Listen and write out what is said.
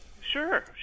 Sure